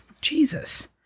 Jesus